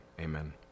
amen